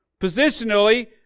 Positionally